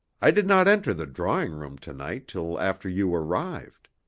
i did not enter the drawing-room to-night till after you arrived.